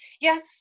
Yes